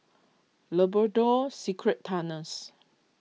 Labrador Secret Tunnels